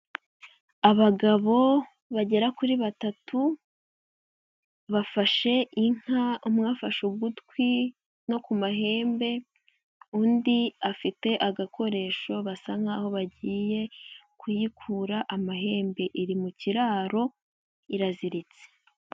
Abagabo bagera kuri batatu bafashe inka umwe afashe ugutwi no ku mahembe undi afite agakoresho basa nk'aho bagiye kuyikura amahembe, iri mu kiraro iraziritse.